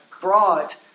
brought